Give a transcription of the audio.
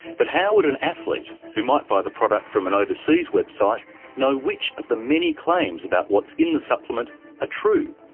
but how would an athlete who might buy the product from an overseas website know which of the many claims about what's in the supplement are true?